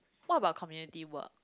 what about community work